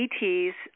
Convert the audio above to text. ETs